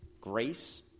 grace